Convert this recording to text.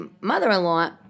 mother-in-law